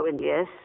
yes